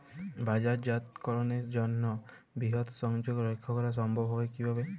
বাজারজাতকরণের জন্য বৃহৎ সংযোগ রক্ষা করা সম্ভব হবে কিভাবে?